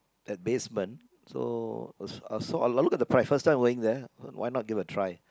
at basement so I s~ I saw a lo~ look at the price first then I going there why not give a try